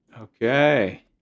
Okay